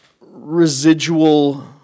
residual